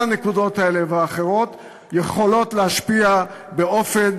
כל הנקודות האלה והאחרות יכולות להשפיע באופן